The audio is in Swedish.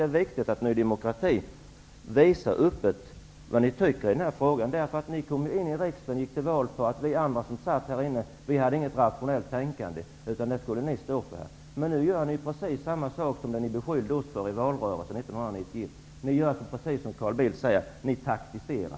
Det är viktigt att ni i Ny demokrati öppet visar vad ni tycker i dessa frågor. Ni kom ju in i rikdagen och gick till val på att vi andra som satt här inte hade något rationellt tänkande utan det skulle ni stå för. Nu gör ni ju precis samma sak som ni beskyllde oss för i valrörelsen 1991. Ni gör precis som Carl Bildt säger: ni taktiserar.